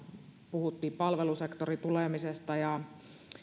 puhuttiin palvelusektorin tulemisesta ja